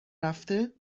رفته